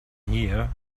here